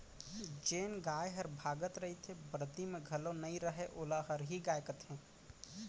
जेन गाय हर भागत रइथे, बरदी म घलौ नइ रहय वोला हरही गाय कथें